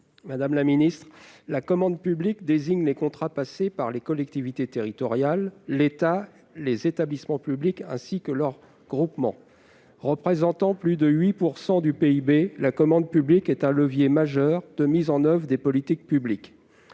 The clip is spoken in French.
n° 3 rectifié . La commande publique désigne les contrats passés par les collectivités territoriales, l'État et les établissements publics, ainsi que leurs groupements. Représentant plus de 8 % du PIB, elle est un levier majeur de mise en oeuvre des politiques publiques.